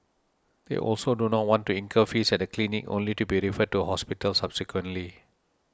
they also do not want to incur fees at a clinic only to be referred to a hospital subsequently